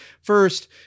first